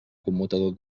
commutador